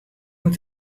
moet